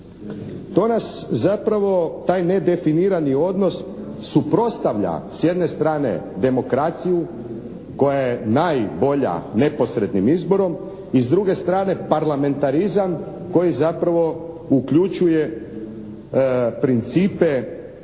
to nas zapravo, taj nedefinirani odnos suprotstavlja s jedne strane demokraciju koja je najbolja neposrednim izborim i s druge strane parlamentarizam koji zapravo uključuje principe